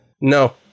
no